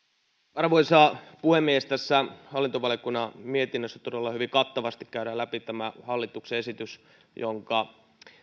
arvoisa puhemies tässä hallintovaliokunnan mietinnössä todella hyvin kattavasti käydään läpi tämä hallituksen esitys jonka